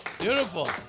Beautiful